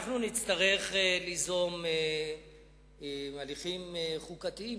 אנחנו נצטרך ליזום הליכים חוקתיים,